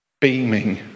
beaming